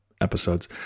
episodes